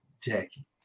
Jackie